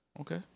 Okay